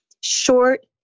short